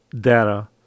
data